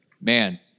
man